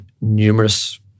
numerous